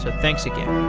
thanks again